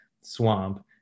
swamp